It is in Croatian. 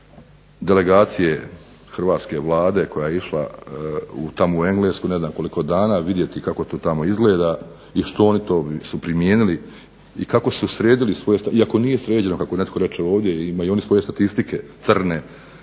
hrvatske Vlade koja je išla tamo u Englesku ne znam koliko dana vidjeti kako to tamo izgleda i što su oni to primijenili i kako su sredili svoje iako nije sređeno kako netko reče ovdje, imaju i oni svoje statistike crne,